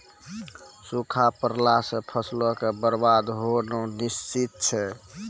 सूखा पड़ला से फसलो के बरबाद होनाय निश्चित छै